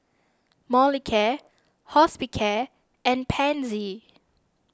Molicare Hospicare and Pansy